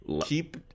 keep